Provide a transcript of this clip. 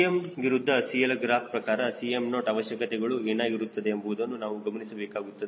Cm ವಿರುದ್ಧ CL graph ಪ್ರಕಾರ Cm0 ಅವಶ್ಯಕತೆಗಳು ಏನಾಗಿರುತ್ತದೆ ಎಂಬುವುದನ್ನು ನಾವು ಗಮನಿಸಬೇಕಾಗುತ್ತದೆ